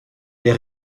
les